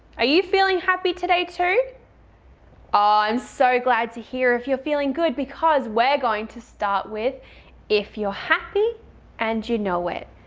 are you feeling happy today too? oh i'm so glad to hear that you're feeling good because we're going to start with if you're happy and you know it.